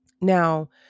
Now